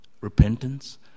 repentance